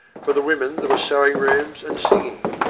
for the women there were sewing-meetings and singing.